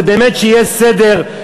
זה באמת שיהיה סדר,